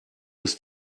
ist